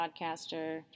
podcaster